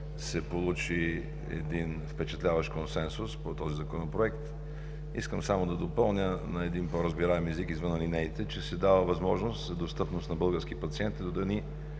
се получи един впечатляващ консенсус по този Законопроект. Искам само да допълня на един по-разбираем език извън алинеите, че се дава възможност за достъпност на български пациенти